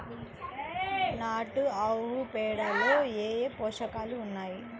నాటు ఆవుపేడలో ఏ ఏ పోషకాలు ఉన్నాయి?